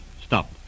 Stop